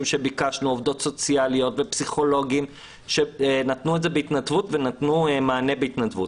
שביקשנו: עובדות סוציאליות ופסיכולוגים שנתנו מענה בהתנדבות.